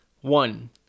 one